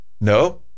No